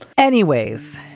anyways,